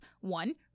One